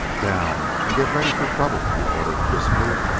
down and get ready for trouble! he ordered crisply,